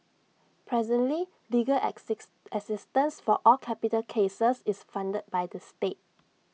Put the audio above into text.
presently legal access assistance for all capital cases is funded by the state